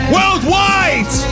Worldwide